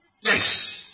Yes